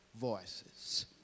voices